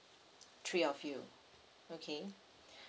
three of you okay